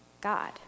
God